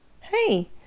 hey